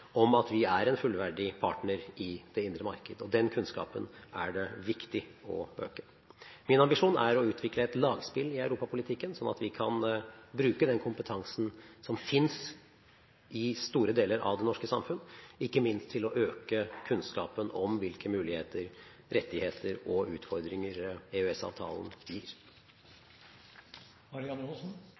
om at vi er en fullverdig partner i det indre marked, og den kunnskapen er det viktig å øke. Min ambisjon er å utvikle et lagspill i Europa-politikken, slik at vi kan bruke den kompetansen som finnes i store deler av det norske samfunnet, ikke minst til å øke kunnskapen om hvilke muligheter, rettigheter og utfordringer EØS-avtalen gir.